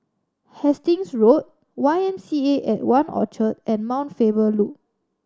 Hastings Road Y M C A at One Orchard and Mount Faber Loop